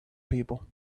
people